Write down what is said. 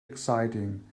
exciting